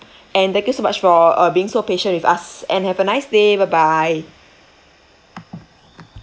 and thank you so much for uh being so patient with us and have a nice day bye bye